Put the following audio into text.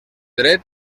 dret